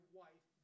wife